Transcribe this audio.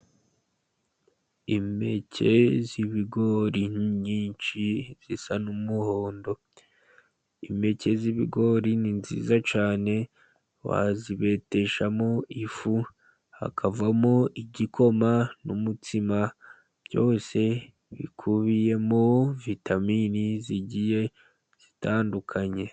Impeke z'ibigori nyinshi zisa n'umuhondo, impeke z'ibigori ni nziza cyane wazibeteshamo ifu hakavamo igikoma n'umutsima byose bikubiyemo vitamini zigiye zitandukanye.